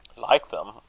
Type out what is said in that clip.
like them!